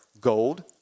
Gold